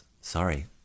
Sorry